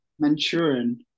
Manchurian